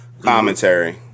commentary